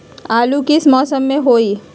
आलू किस मौसम में होई?